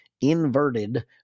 inverted